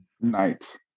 Night